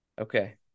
Okay